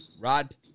Rod